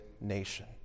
nation